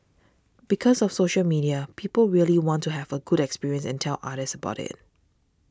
because of social media people really want to have a good experience and tell others about it